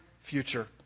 future